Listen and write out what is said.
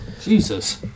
Jesus